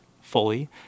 fully